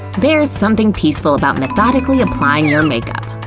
there's something peaceful about methodically applying your makeup.